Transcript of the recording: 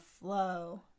flow